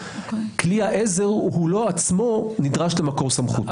כלי העזר הוא לא עצמו נדרש למקור סמכות.